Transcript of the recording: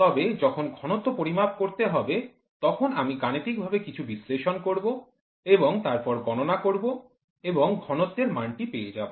তবে যখন ঘনত্ব পরিমাপ করতে হবে তখন আমি গাণিতিকভাবে কিছু বিশ্লেষণ করব এবং তারপর গননা করব এবং ঘনত্বের মানটি পেয়ে যাব